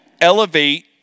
elevate